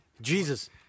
Jesus